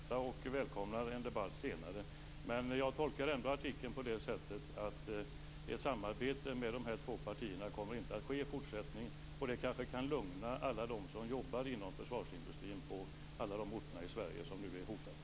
Fru talman! Jag tackar försvarsministern för detta och välkomnar en debatt senare. Men jag tolkar ändå artikeln på det sättet att ett samarbete med de här två partierna inte kommer att ske i fortsättningen. Det kanske kan lugna alla dem som jobbar inom försvarsindustrin vid de orter i Sverige som nu är hotade.